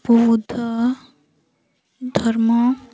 ବୌଦ୍ଧ ଧର୍ମ